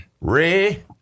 Ray